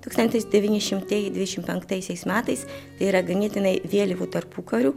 tūkstantis devyni šimtai dvidešim penktaisiais metais tai yra ganėtinai vėlyvu tarpukariu